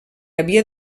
havia